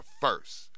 first